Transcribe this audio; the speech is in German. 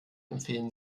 empfehlen